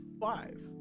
five